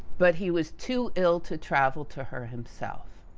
but he was too ill to travel to her himself.